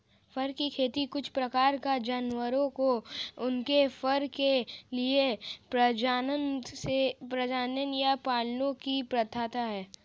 फर की खेती कुछ प्रकार के जानवरों को उनके फर के लिए प्रजनन या पालने की प्रथा है